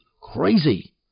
crazy